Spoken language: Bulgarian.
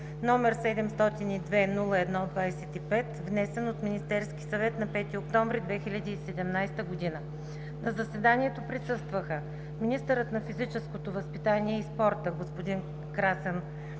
№ 702-01-25, внесен от Министерския съвет на 5 октомври 2017 г. На заседанието присъстваха министърът на физическото възпитание и спорта господин Красен